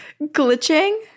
glitching